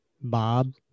Bob